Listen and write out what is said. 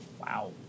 Wow